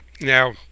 Now